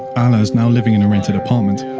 ala's now living in a rented apartment.